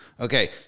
Okay